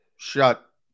shut